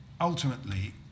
ultimately